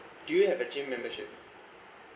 do you have a gym membership